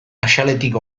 axaletik